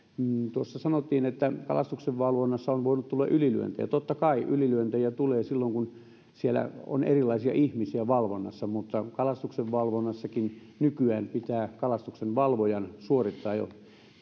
tuossa sanottiin että kalastuksenvalvonnassa on voinut tulla ylilyöntejä totta kai ylilyöntejä tulee silloin kun siellä on erilaisia ihmisiä valvonnassa mutta kalastuksenvalvonnassakin nykyään pitää kalastuksenvalvojan suorittaa jo